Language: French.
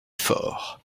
forts